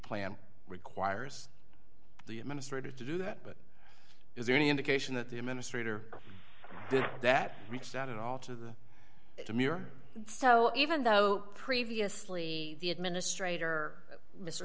plan requires the administrator to do that but is there any indication that the administrator that reached out at all to so even though previously the administrator mr